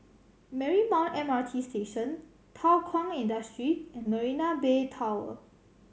Marymount M R T Station Thow Kwang Industry and Marina Bay Tower